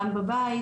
גם בבית,